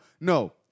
No